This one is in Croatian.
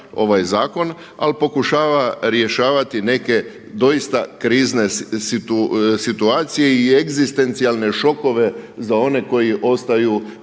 ovaj zakon ali pokušava rješavati neke doista krizne situacije i egzistencijalne šokove za one koji ostaju